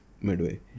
midway